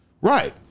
Right